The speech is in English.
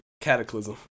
cataclysm